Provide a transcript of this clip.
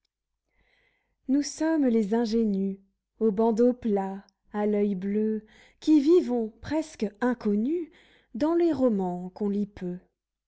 nous sommes les ingénues aux bandeaux plats à l'oeil bleu qui vivons presque inconnues dans les romans qu'on lit peu